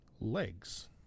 Legs